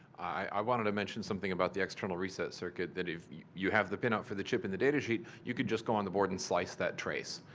i wanted to mention something about the external reset circuit. that if you have the pin-out for the chip in the data sheet, you could just go on the board, and slice that trace.